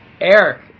Eric